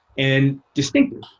and distinctive,